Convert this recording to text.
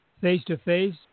face-to-face